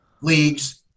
leagues